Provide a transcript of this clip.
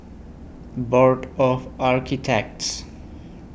Board of Architects